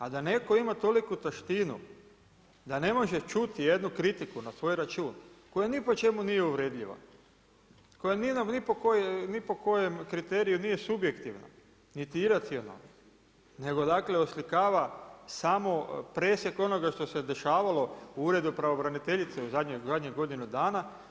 A da netko ima toliku taštinu da ne može čuti jednu kritiku na svoj račun koja ni po čemu nije uvredljiva, koja nije ni po kojem kriteriju subjektivna niti iracionalna nego dakle oslikava samo presjek onoga što se dešavalo u Uredu pravobraniteljice u zadnjih godinu dana.